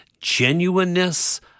genuineness